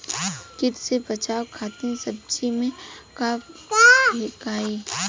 कीट से बचावे खातिन सब्जी में का फेकाई?